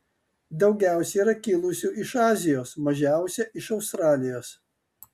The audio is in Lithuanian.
daugiausiai yra kilusių iš azijos mažiausia iš australijos